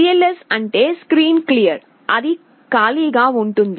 cls అంటే screen clear అది ఖాళీగా ఉంటుంది